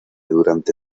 durante